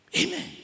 Amen